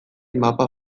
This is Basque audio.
mapa